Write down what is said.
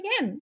again